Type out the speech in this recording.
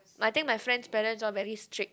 I think my friends parents all very strict